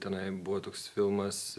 tenai buvo toks filmas